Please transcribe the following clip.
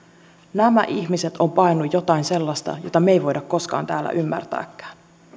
nämä ihmiset ovat paenneet jotain sellaista jota me emme voi koskaan täällä ymmärtääkään